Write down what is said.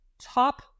top